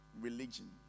religion